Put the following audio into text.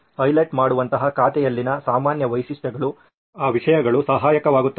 highlight ಮಾಡುವಂತಹ ಖಾತೆಯಲ್ಲಿನ ಸಾಮಾನ್ಯ ವೈಶಿಷ್ಟ್ಯಗಳು ಆ ವಿಷಯಗಳು ಸಹಾಯಕವಾಗುತ್ತವೆ